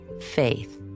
faith